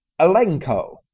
alenko